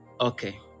okay